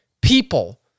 people